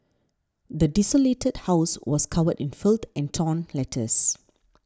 the desolated house was covered in filth and torn letters